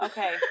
Okay